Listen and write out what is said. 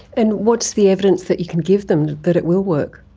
and what's the evidence that you can give them that it will work?